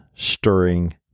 stirring